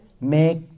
make